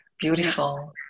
beautiful